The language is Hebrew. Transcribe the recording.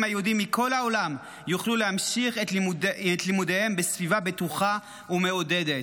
היהודים מכל העולם יוכלו להמשיך את לימודיהם בסביבה בטוחה ומעודדת.